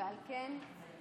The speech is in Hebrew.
על כן כעת